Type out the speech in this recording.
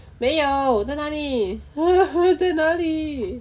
没有我在哪里我 !huh! 在哪里